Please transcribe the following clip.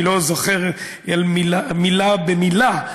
כי אני לא זוכר מילה ומילה,